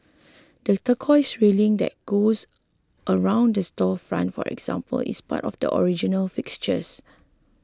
the turquoise railing that goes around the storefront for example is part of the original fixtures